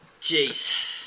Jeez